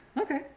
Okay